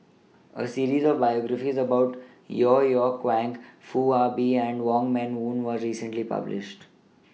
A series of biographies about Yeo Yeow Kwang Foo Ah Bee and Wong Meng Voon was recently published